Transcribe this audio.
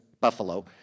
Buffalo